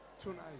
Tonight